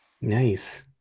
Nice